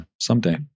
someday